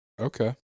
Okay